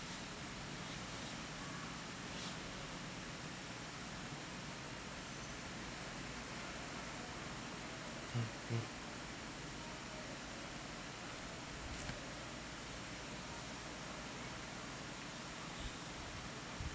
mm mm